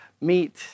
meet